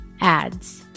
ads